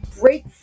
break